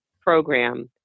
program